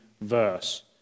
verse